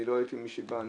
אני לא ראיתי מי שבא,